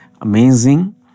amazing